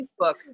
Facebook